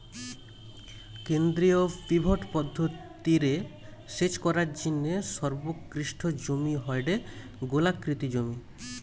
কেন্দ্রীয় পিভট পদ্ধতি রে সেচ করার জিনে সর্বোৎকৃষ্ট জমি হয়ঠে গোলাকৃতি জমি